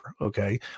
Okay